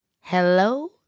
Hello